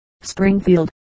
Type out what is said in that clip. Springfield